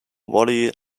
wally